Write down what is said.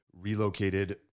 relocated